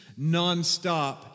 nonstop